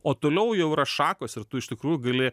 o toliau jau yra šakos ir tu iš tikrųjų gali